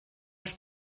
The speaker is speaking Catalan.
els